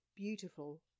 beautiful